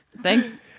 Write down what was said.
Thanks